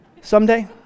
someday